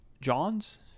John's